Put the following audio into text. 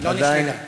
לא נשללה.